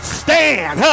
stand